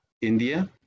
India